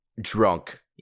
drunk